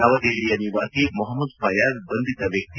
ನವದೆಹಲಿಯ ನಿವಾಸಿ ಮೊಹಮದ್ ಫಯಾಜ್ ಬಂಧಿತ ವ್ಯಕ್ತಿ